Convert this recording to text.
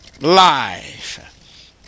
life